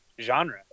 genre